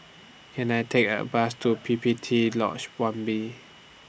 Can I Take A Bus to P P T Lodge one B